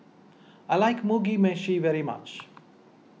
I like Mugi Meshi very much